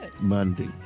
Monday